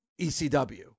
ECW